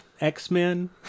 X-Men